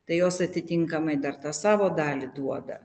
tai jos atitinkamai dar tą savo dalį duoda